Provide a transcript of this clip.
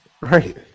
Right